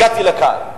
הגעתי לכאן.